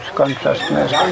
consciousness